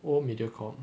old mediacorp